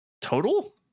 Total